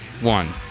one